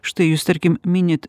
štai jūs tarkim minit